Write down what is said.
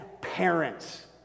parents